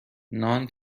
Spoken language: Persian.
نان